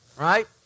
Right